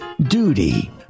duty